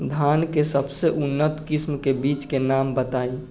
धान के सबसे उन्नत किस्म के बिज के नाम बताई?